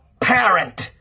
parent